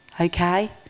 okay